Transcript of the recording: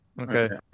Okay